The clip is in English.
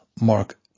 Mark